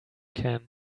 can